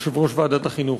יושב-ראש ועדת החינוך,